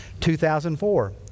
2004